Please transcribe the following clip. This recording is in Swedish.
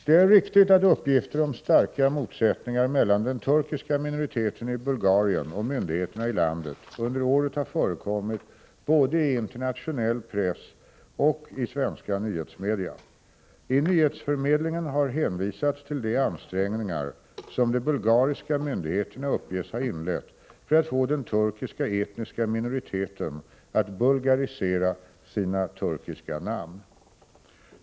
Det är riktigt att uppgifter om starka motsättningar mellan den turkiska minoriteten i Bulgarien och myndigheterna i landet under året har förekommit både i internationell press och i svenska nyhetsmedia. I nyhetsförmedlingen har hänvisats till de ansträngningar som de bulgariska myndigheterna uppges ha inlett för att få den turkiska etniska minoriteten att ”bulgarisera” sina turkiska namn.